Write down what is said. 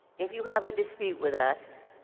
if you have a dispute with us